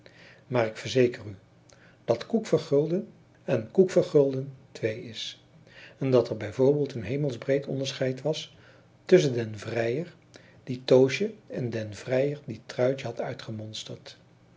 maar ik verzeker u dat koekvergulden en koekvergulden twee is en dat er bijvoorbeeld een hemelsbreed onderscheid was tusschen den vrijer dien toosje en den vrijer dien truitje had